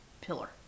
pillar